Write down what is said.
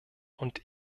und